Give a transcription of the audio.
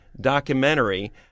documentary